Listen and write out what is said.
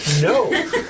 No